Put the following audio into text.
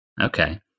Okay